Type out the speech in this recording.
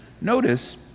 notice